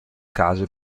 case